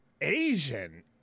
Asian